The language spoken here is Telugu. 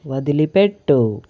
వదిలిపెట్టు